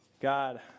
God